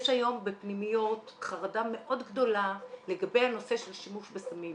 יש היום בפנימיות חרדה מאוד גדולה לגבי הנושא של שימוש בסמים.